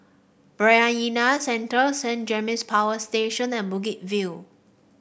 Bayanihan Centre Saint James Power Station and Bukit View